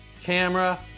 camera